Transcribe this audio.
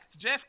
Jeff